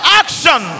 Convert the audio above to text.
action